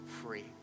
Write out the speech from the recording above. free